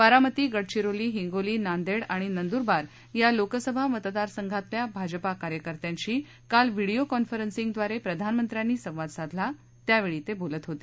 बारामती गडचिरोली हिंगोली नांदेड आणि नंदुरबार या लोकसभा मतदार सघातल्या भाजपा कार्यकर्त्याशी काल व्हिडिओ कॉन्फरन्सिंगद्वारे प्रधानमत्र्यांनी संवाद साधला त्या वेळी त्या बोलत होते